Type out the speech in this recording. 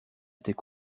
était